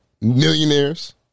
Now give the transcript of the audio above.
millionaires